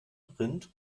rind